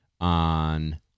on